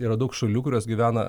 yra daug šalių kurios gyvena